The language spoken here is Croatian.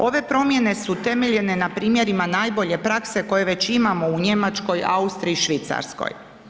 Ove promjene su temeljene na primjerima najbolje prakse koje već imamo u Njemačkoj, Austriji, Švicarskoj.